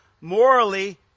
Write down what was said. morally